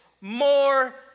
more